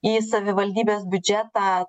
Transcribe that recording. į savivaldybės biudžetą